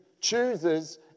chooses